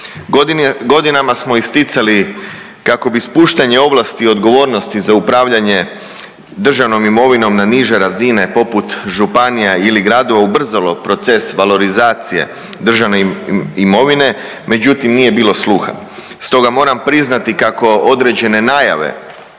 Godinama smo isticali kako bi spuštanje ovlasti i odgovornosti za upravljanje državnom imovinom na niže razine poput županija ili gradova ubrzalo proces valorizacije državne imovine, međutim, nije bio sluha, stoga moram priznati kako određene najave